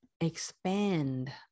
expand